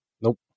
Nope